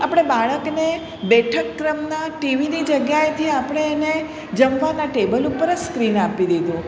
આપણે બાળકને બેઠક ક્રમના ટીવીની જગ્યાએથી આપણે એને જમવાના ટેબલ ઉપર જ સ્ક્રીન આપી દીધું